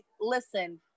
listen